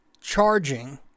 charging